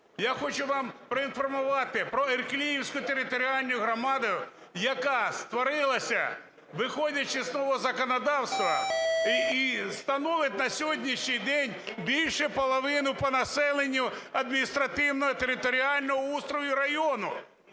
Я хочу вам проінформувати про Іркліївську територіальну громаду, яка створилася, виходячи з того законодавства, і становить на сьогоднішній день більшу половину по населенню адміністративно-територіального устрою району.